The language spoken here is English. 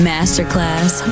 Masterclass